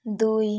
ଦୁଇ